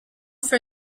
for